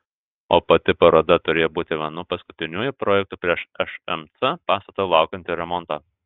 o pati paroda turėjo būti vienu paskutiniųjų projektų prieš šmc pastato laukiantį remontą